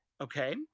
Okay